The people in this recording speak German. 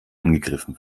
angegriffen